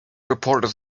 reporters